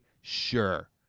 Sure